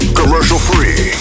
commercial-free